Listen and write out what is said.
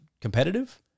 competitive